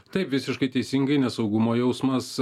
tai visiškai teisingai nesaugumo jausmas